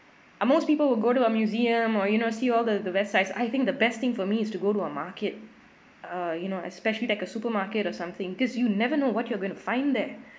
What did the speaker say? uh most people will go to a museum or you know see all the the best sights I think the best thing for me is to go to a market uh you know especially like a supermarket or something cause you never know what you're going to find there